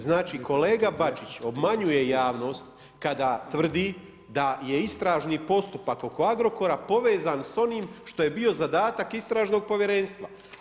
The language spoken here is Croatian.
Znači kolega Bačić, obmanjuje javnost, kada tvrdi da je istraži postupak oko Agrokora povezan s onim što je bio zadatak istražnog povjerenstva.